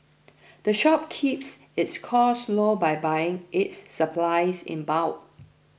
the shop keeps its costs low by buying its supplies in bulk